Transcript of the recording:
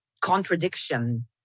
contradiction